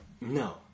No